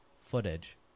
Footage